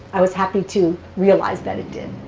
i was happy to realize that it did.